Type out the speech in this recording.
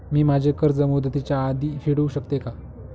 मी माझे कर्ज मुदतीच्या आधी फेडू शकते का?